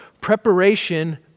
preparation